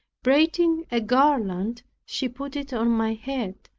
braiding a garland she put it on my head,